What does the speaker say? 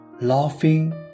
laughing